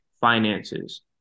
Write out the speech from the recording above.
finances